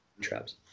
traps